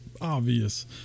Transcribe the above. obvious